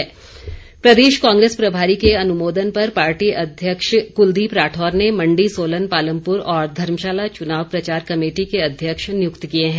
कांग्रेस प्रदेश कांग्रेस प्रभारी के अनुमोदन पर पार्टी अध्यक्ष कुलदीप राठौर ने मण्डी सोलन पालमपुर और धर्मशाला चुनाव प्रचार कमेटी के अध्यक्ष नियुक्त किए हैं